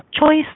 Choice